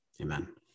Amen